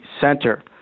center